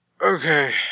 Okay